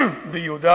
ביהודה